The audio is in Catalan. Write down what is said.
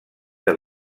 que